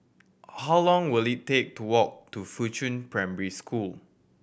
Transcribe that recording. how long will it take to walk to Fuchun Primary School